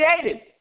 created